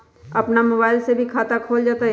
अपन मोबाइल से भी खाता खोल जताईं?